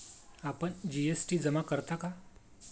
आपण जी.एस.टी जमा करता का?